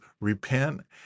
repent